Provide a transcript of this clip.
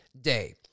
day